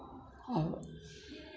अब